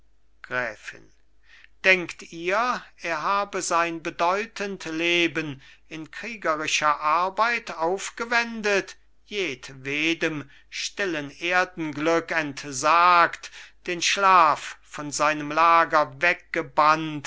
gräfin denkt ihr er habe sein bedeutend leben in kriegerischer arbeit aufgewendet jedwedem stillen erdenglück entsagt den schlaf von seinem lager